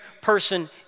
person